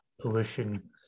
pollution